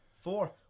Four